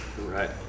right